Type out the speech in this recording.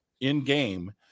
in-game